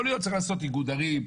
יכול להיות שצריך לעשות איגוד ערים,